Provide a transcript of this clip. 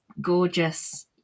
gorgeous